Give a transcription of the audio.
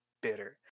bitter